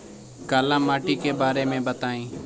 काला माटी के बारे में बताई?